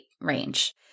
range